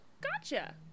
gotcha